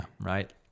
Right